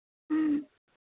ह्म्म